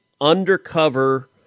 undercover